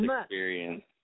experience